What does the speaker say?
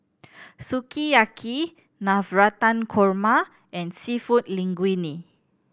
Sukiyaki Navratan Korma and Seafood Linguine